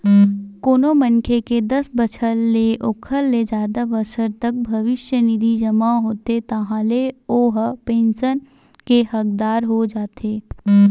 कोनो मनखे के दस बछर ते ओखर ले जादा बछर तक भविस्य निधि जमा होथे ताहाँले ओ ह पेंसन के हकदार हो जाथे